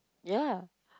ya